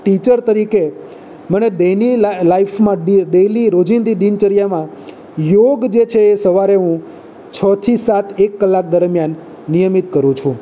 teacher તરીકે મને દૈનિક લાઇફ ડેઈલી રોજીંદી દિનચર્યામાં યોગ જે છે એ સવારે હું છ થી સાત એક કલાક દરમિયાન નિયમિત કરું છું